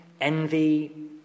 envy